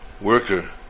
worker